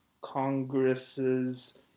congresses